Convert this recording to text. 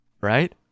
right